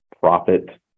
profit